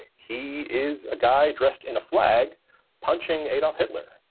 he is a guy dressed in a flag punching adolf hitler.